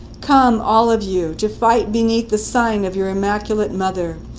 come, all of you, to fight beneath the sign of your immaculate mother,